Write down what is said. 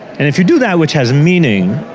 and if you do that which has meaning,